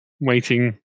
waiting